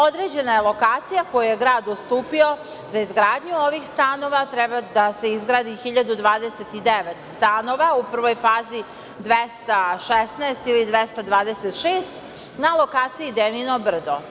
Određena je lokacija koju je grad ustupio za izgradnju ovih stanova, treba da se izgradi 1029 stanova, u prvoj fazi 216 ili 226, na lokaciji Denino brdo.